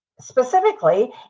specifically